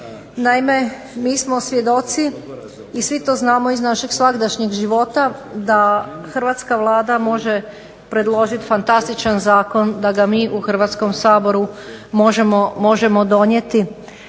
Naime, mi smo svjedoci i svi to znamo iz našeg svagdašnjeg života da Hrvatska vlada može predložiti fantastičan zakon da ga mi u Hrvatskom saboru možemo donijeti,